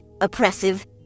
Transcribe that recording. oppressive